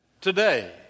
Today